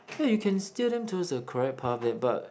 ya you can steer them towards the correct path leh but